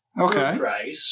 Okay